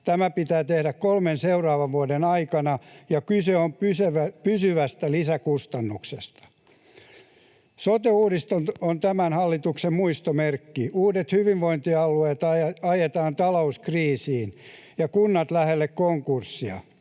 Tämä pitää tehdä kolmen seuraavan vuoden aikana, ja kyse on pysyvästä lisäkustannuksesta. Sote-uudistus on tämän hallituksen muistomerkki. Uudet hyvinvointialueet ajetaan talouskriisiin ja kunnat lähelle konkurssia.